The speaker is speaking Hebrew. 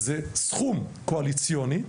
זה סכום קואליציוני.